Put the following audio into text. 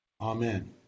Amen